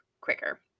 quicker